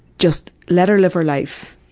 just let her live her life.